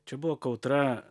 čia buvo kautra